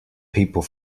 people